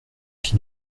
qui